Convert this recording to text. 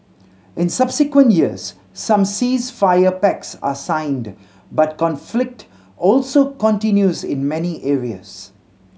in subsequent years some ceasefire pacts are signed but conflict also continues in many areas